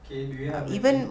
okay do you have any